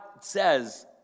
says